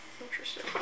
interesting